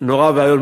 נורא ואיום.